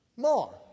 more